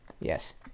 Yes